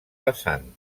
vessant